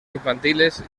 infantiles